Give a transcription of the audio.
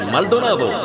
Maldonado